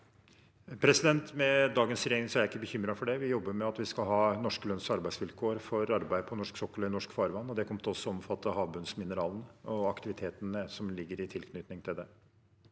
Med dagens re- gjering er jeg ikke bekymret for det. Vi jobber med at vi skal ha norske lønns- og arbeidsvilkår for arbeid på norsk sokkel og i norsk farvann, og det kommer også til å omfatte havbunnsmineraler og aktivitetene som ligger i tilknytning til det.